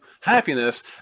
happiness